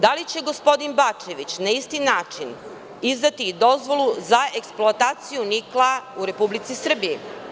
Da li će gospodin Bačević na isti način izdati dozvolu za eksploataciju nikla u Republici Srbiji?